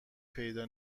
پیدا